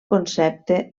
concepte